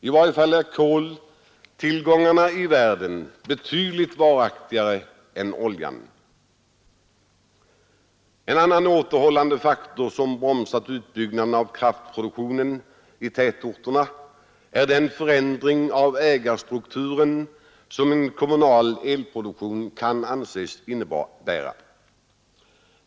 I varje fall är koltillgångarna i världen betydligt varaktigare än oljan. En annan återhållande faktor som bromsat utbyggnaden av kraftproduktionen i tätorterna är den förändring av ägarstrukturen som en kommunal elproduktion kan anses innebära.